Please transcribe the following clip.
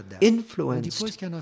influenced